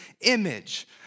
image